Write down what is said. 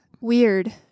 Weird